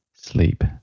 sleep